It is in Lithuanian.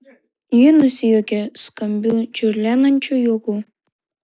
ji nusijuokė skambiu čiurlenančiu juoku